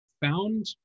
found